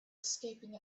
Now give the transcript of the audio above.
escaping